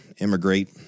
immigrate